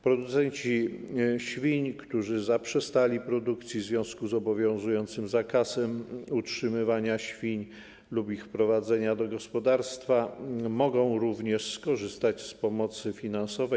Producenci świń, którzy zaprzestali produkcji w związku z obowiązującym zakazem utrzymywania świń lub ich wprowadzenia do gospodarstwa, mogą również skorzystać z pomocy finansowej.